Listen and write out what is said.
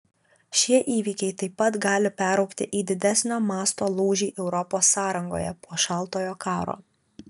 šie įvykiai taip pat gali peraugti į didesnio masto lūžį europos sąrangoje po šaltojo karo